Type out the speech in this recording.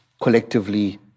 collectively